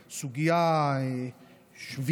ה-cap.